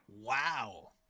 Wow